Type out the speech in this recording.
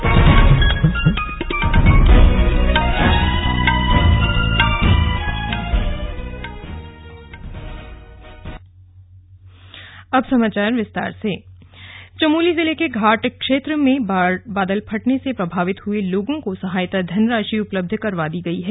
धनराशि आंवटन चमोली जिले के घाट क्षेत्र में बादल फटने से प्रभावित हुए लोगों को सहायता धनराशि उपलब्ध करवा दी गई है